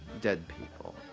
dead people.